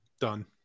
Done